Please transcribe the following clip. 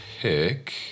pick